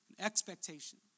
expectation